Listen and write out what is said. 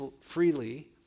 freely